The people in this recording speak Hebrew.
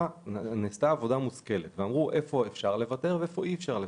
נעשתה עבודה מושכלת ואמרו איפה אפשר לצמצם ואיפה לא.